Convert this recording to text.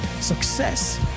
success